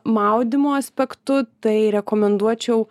maudymo aspektu tai rekomenduočiau